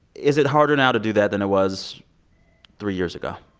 is it harder now to do that than it was three years ago?